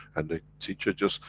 and the teacher just,